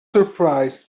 surprised